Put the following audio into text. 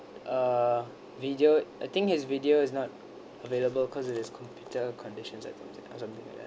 uh video I think his video is not available cause it is his computer conditions and things or something like that